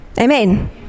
Amen